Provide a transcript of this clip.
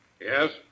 Yes